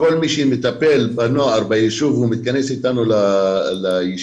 כאשר כל מי שמטפל בנוער בישוב מתכנס אתנו לישיבה.